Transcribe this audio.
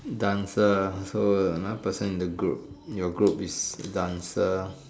dancer so another person in the group in your group is a dancer